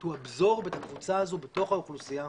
"to absorb", את הקבוצה הזו בתוך האוכלוסייה.